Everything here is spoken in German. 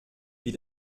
wie